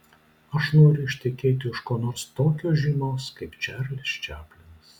aš noriu ištekėti už ko nors tokio žymaus kaip čarlis čaplinas